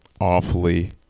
Awfully